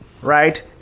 right